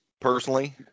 personally